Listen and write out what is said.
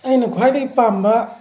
ꯑꯩꯅ ꯈ꯭ꯋꯥꯏꯗꯒꯤ ꯄꯥꯝꯕ